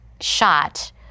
shot